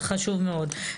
זה חשוב מאוד.